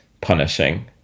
punishing